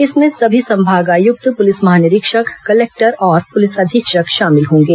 इसमें सभी संभागायुक्त पुलिस महानिरीक्षक कलेक्टर और पुलिस अधीक्षक शामिल होंगे